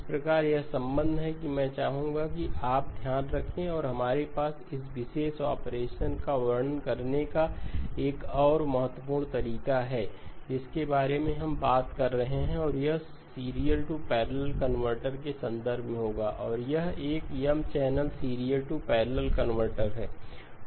इस प्रकार यह संबंध है कि मैं चाहूँगा कि आप ध्यान रखें और हमारे पास इस विशेष ऑपरेशन का वर्णन करने का एक और महत्वपूर्ण तरीका है जिसके बारे में हम बात कर रहे हैं और यह सीरियल टू पैरेलल कनवर्टर के संदर्भ में होगा और यह एक M channel serial to parallel converter है